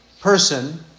person